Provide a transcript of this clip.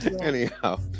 anyhow